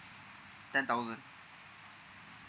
ten thousand